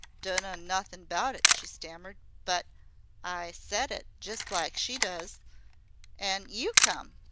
dunno nothin' about it, she stammered, but i said it just like she does an' you come!